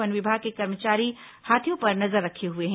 one विभाग के कर्मचारी हाथियों पर नजर रखे हुए हैं